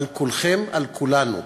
על כולכם, על כולנו.